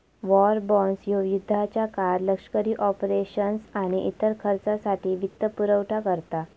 war bonds ह्यो युद्धाच्या काळात लष्करी ऑपरेशन्स आणि इतर खर्चासाठी वित्तपुरवठा करता